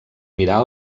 mirar